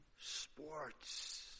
Sports